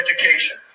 education